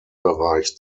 bereich